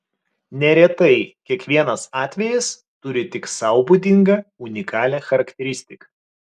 neretai kiekvienas atvejis turi tik sau būdingą unikalią charakteristiką